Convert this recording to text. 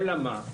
אלא מה?